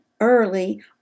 early